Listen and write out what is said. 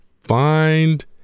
find